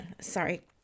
sorry